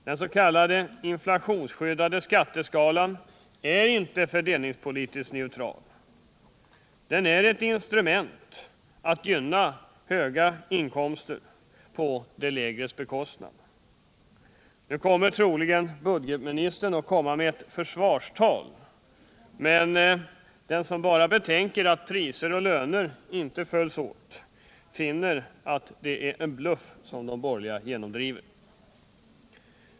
Den s.k. inflationsskyddade skatteskalan är inte fördelningspolitiskt neutral, den är ett instrument för att gynna höginkomsttagarna på bekostnad av dem med lägre inkomster. Nu kommer troligen budgetministern att hålla ett försvarstal, men den som bara betänker att priser och löner inte följs åt finner att det är en bluff som de borgerliga genomdriver.